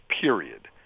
period